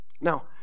Now